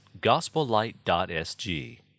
gospellight.sg